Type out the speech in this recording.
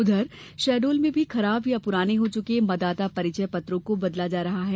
उधर शहडोल में भी खराब या पुराने हो चुके मतदाता परिचय पत्रों को बदला जा रहा है